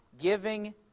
giving